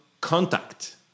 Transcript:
contact